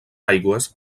aigües